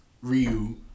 Ryu